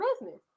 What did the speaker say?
business